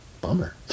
bummer